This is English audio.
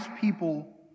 people